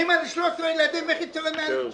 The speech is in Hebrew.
אמא ל-13 יוצא לה 20,000 שקל.